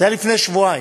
זה היה לפני שבועיים.